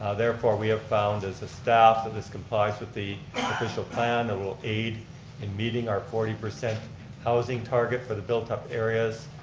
ah therefore we have found as the staff that this complies with the official plan that will aid in meeting our forty percent housing target for the built up areas.